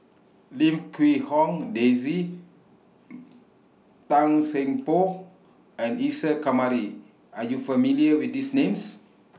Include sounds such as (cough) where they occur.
Lim Quee Hong Daisy (hesitation) Tan Seng Poh and Isa Kamari Are YOU familiar with These Names